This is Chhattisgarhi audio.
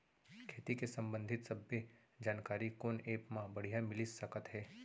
खेती के संबंधित सब्बे जानकारी कोन एप मा बढ़िया मिलिस सकत हे?